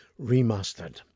remastered